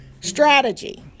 Strategy